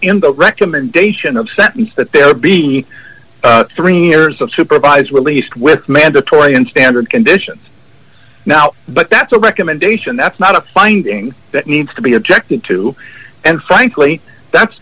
in the recommendation of sentence that there would be three years of supervised released with mandatory in standard condition now but that's a recommendation that's not a finding that needs to be objected to and frankly that's